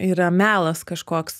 yra melas kažkoks